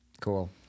Cool